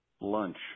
lunch